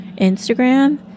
Instagram